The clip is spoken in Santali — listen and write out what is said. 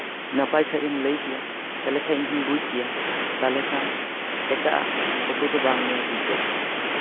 ᱱᱟᱯᱟᱭ ᱥᱟᱺᱦᱤᱡ ᱮᱢ ᱞᱟᱹᱭ ᱠᱮᱭᱟ ᱛᱟᱦᱞᱮ ᱠᱷᱱᱡ ᱤᱧ ᱦᱚᱧ ᱵᱩᱡᱽ ᱠᱮᱭᱟ ᱛᱟᱦᱞᱮ ᱠᱷᱟᱱ ᱮᱴᱟᱜ ᱚᱴᱳ ᱫᱚ ᱵᱟᱝ ᱧᱮᱞ ᱦᱩᱭ ᱠᱚᱜ ᱛᱤᱧᱟᱹ